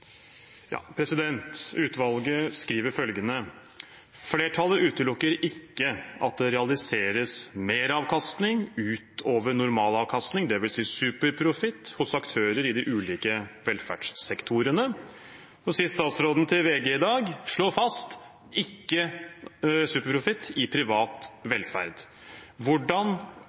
Utvalget skriver følgende: «Flertallet utelukker ikke at det realiseres meravkastning utover normalavkastning i de ulike velferdssektorene Så slår statsråden fast til VG i dag: «Ikke superprofitt i privat velferd». Hvordan